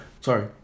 sorry